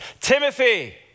Timothy